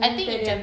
planetarium